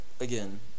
again